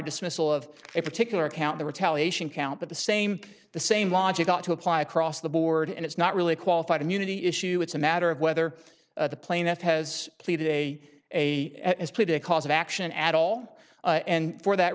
dismissal of a particular count the retaliation count but the same the same logic ought to apply across the board and it's not really qualified immunity issue it's a matter of whether the plane that has pleaded a a plea to cause of action at all and for that